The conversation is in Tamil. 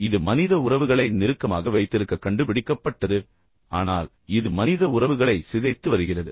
இது மனித உறவுகளை நெருக்கமாக வைத்திருக்க கண்டுபிடிக்கப்பட்டது ஆனால் உண்மையில் இது மனித உறவுகளை சிதைத்து வருகிறது